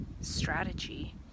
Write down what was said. strategy